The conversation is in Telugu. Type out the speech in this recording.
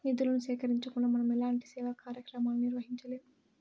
నిధులను సేకరించకుండా మనం ఎలాంటి సేవా కార్యక్రమాలను నిర్వహించలేము